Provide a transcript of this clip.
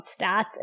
stats